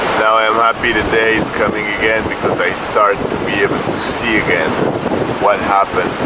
now i'll not be today's coming again because i start to be able to see again what happened,